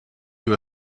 you